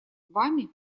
вами